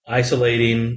isolating